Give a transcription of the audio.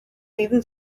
even